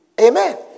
Amen